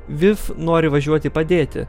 vif nori važiuoti padėti